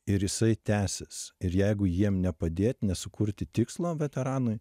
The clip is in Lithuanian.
ir jisai tęsis ir jeigu jiem nepadė nesukurti tikslo veteranui